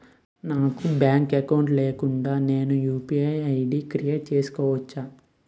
నాకు bank account లేకుండా నేను యు.పి.ఐ ఐ.డి క్రియేట్ చేసుకోవచ్చా?